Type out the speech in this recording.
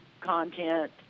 content